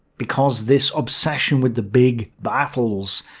because this obsession with the big battles,